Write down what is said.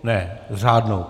Ne, s řádnou.